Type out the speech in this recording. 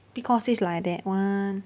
because it's like that [one]